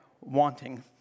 wanting